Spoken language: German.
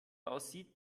aussieht